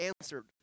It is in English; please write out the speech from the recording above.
answered